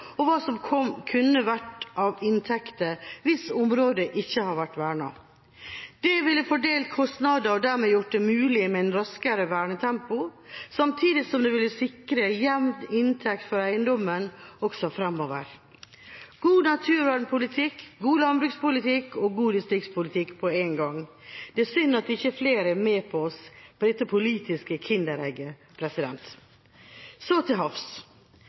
og hva som kunne vært av inntekter hvis området ikke hadde vært vernet. Det ville fordelt kostnader, og dermed gjort det mulig med et raskere vernetempo, samtidig som det ville sikret jevn inntekt for eiendommen også framover – god naturvernpolitikk, god landbrukspolitikk og god distriktspolitikk på en gang. Det er synd at ikke flere er med oss på dette politiske kinderegget. Så til havs.